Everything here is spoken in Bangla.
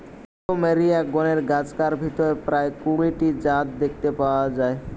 প্লুমেরিয়া গণের গাছগার ভিতরে প্রায় কুড়ি টি জাত দেখতে পাওয়া যায়